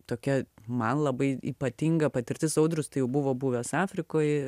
tokia man labai ypatinga patirtis audrius tai jau buvo buvęs afrikoj